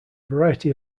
variety